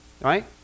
right